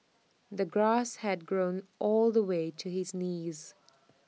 the grass had grown all the way to his knees